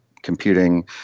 Computing